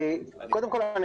קודם כל, אני